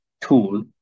tool